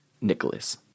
Nicholas